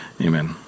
Amen